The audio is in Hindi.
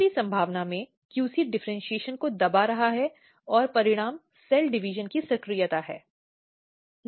तीसरी संभावना में QC डिफ़र्इन्शीएशन को दबा रहा है और परिणाम सेल डिविजन की सक्रियता है